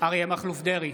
אריה מכלוף דרעי,